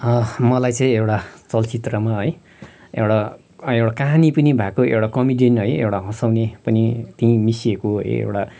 मलाई चाहिँ एउटा चलचित्रमा है एउटा एउटा कहानी पनि भएको एउटा कमेडियन है एउटा हँसाउने पनि त्यहीँ मिसिएको एउटा